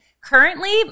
Currently